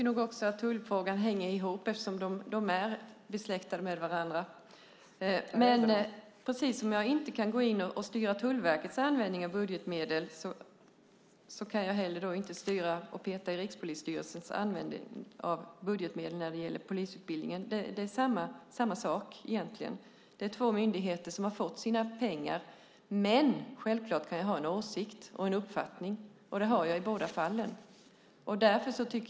Fru talman! Jag tycker också att tullfrågan hänger ihop med polisen, eftersom de är besläktade med varandra. Men precis som jag inte kan gå in i och styra Tullverkets användning av budgetmedel kan jag heller inte styra eller peta i Rikspolisstyrelsens användning av budgetmedel när det gäller polisutbildningen. Det är samma sak egentligen. Det är två myndigheter som har fått sina pengar, men självklart kan jag ha en åsikt, en uppfattning. Det har jag i båda fallen.